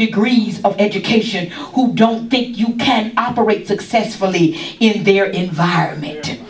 degrees of education who don't think you can operate successfully in their environment